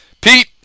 Pete